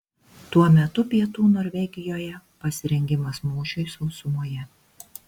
tuo metu pietų norvegijoje pasirengimas mūšiui sausumoje